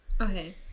Okay